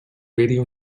radio